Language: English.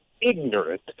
ignorant